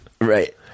Right